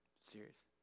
serious